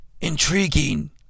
Intriguing